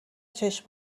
چشم